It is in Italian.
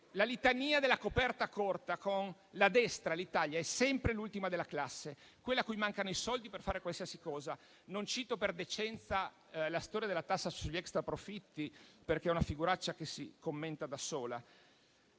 la litania della coperta corta, con la destra l'Italia è sempre l'ultima della classe, quella a cui mancano i soldi per fare qualsiasi cosa. Non cito per decenza la storia della tassa sugli extraprofitti, perché è una figuraccia che si commenta da sola.